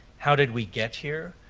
how did we get here,